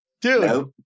Dude